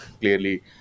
clearly